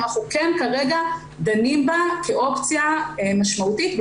אנחנו כן כרגע דנים בה כאופציה משמעותית,